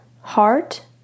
heart